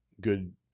good